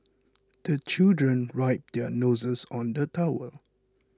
the children wipe their noses on the towel